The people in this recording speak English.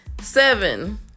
Seven